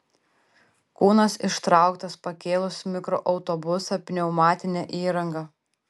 kūnas ištrauktas pakėlus mikroautobusą pneumatine įranga